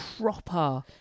proper